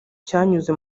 cyanyuze